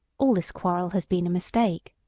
all this quarrel has been a mistake,